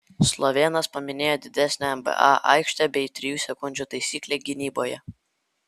slovėnas paminėjo didesnę nba aikštę bei trijų sekundžių taisyklę gynyboje